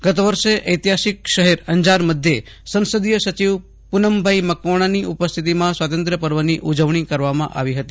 ગત વર્ષે ઐતિહાસિક શહેર અંજાર મધ્યે સંસદીય સચિવ પૂનમભાઈ મકવાજ્ઞાની ઉપસ્થિતિમાં સ્વાતંત્ર્ય પર્વની ઉજવણી કરવામાં આવી હતી